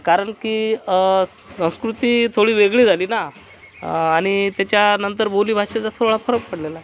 कारण की संस्कृती थोडी वेगळी झाली ना आणि त्याच्यानंतर बोलीभाषेचा थोडा फरक पडलेला आहे